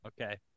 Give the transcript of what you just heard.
Okay